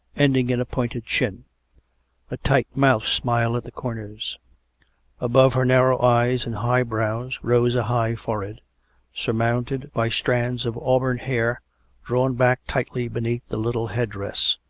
ending in a pointed chin a tight mouth smiled at the corners above her narrow eyes and high brows rose a high forehead, surmounted by strands of auburn hair drawn back tightly beneath the little head-dress.